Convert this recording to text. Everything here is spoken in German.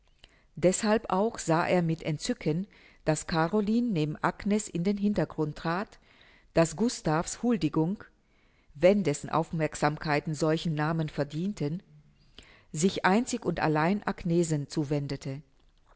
deßhalb auch sah er mit entzücken daß caroline neben agnes in den hintergrund trat daß gustav's huldigung wenn dessen aufmerksamkeiten solchen namen verdienten sich einzig und allein agnesen zuwendete